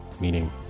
meaning